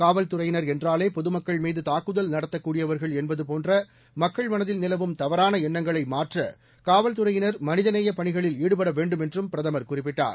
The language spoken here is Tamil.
காவல்துறையினர் என்றாலே பொதுமக்கள்மீது தாக்குதல் நடத்தக்கூடியவர்கள் என்பது போன்ற மக்கள் மனதில் நிலவும் தவறான எண்ணங்களை மாற்ற காவல்துறையினர் மனிதநேயப் பணிகளில் ஈடுபட வேண்டும் என்றும் பிரதமர் குறிப்பிட்டார்